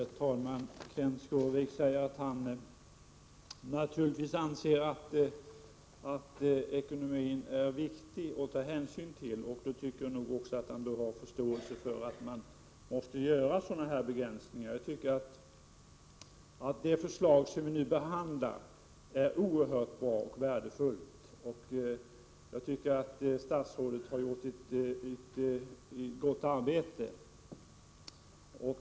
Herr talman! Kenth Skårvik säger att han naturligtvis anser att det är viktigt att ta hänsyn till ekonomin. Då tycker jag att han också bör ha förståelse för att man måste göra begränsningar. Enligt min mening är det förslag som vi nu behandlar oerhört värdefullt, och jag anser att statsrådet Lindqvist har gjort ett gott arbete.